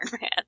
Man